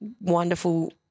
wonderful